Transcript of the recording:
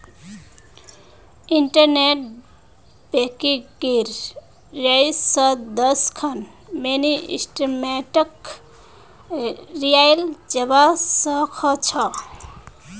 internet बैंकिंगेर जरियई स दस खन मिनी स्टेटमेंटक लियाल जबा स ख छ